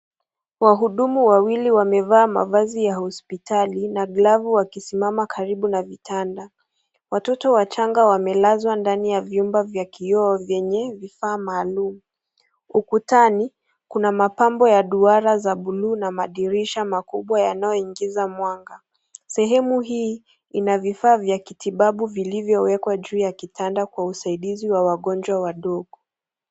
Wahudumu wawili wamevaa mavazi ya hospitali na glavu wakisimama karibu na vitanda .Watoto wachanga wamelazwa ndani ya vyumba vya kioo vyenye vifaa maalum , ukutani kuna mapambo ya duara za buluu na madirisha makubwa yanayoingiza mwanga , sehemu hii ina vifaa vya kitibabu vilivyowekwa ju ya kitanda kwa usaidizi wa wagonjwa wadogo.